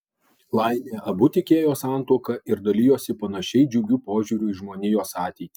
laimė abu tikėjo santuoka ir dalijosi panašiai džiugiu požiūriu į žmonijos ateitį